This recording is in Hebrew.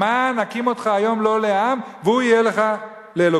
למען הקים אֹתך היום לו לעם והוא יהיה לך לאלֹקים".